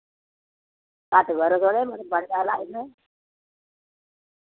घट करो थोह्ड़े बड़े जैदा लाए तुसें